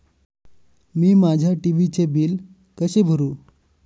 मी माझ्या टी.व्ही चे बिल कसे भरू?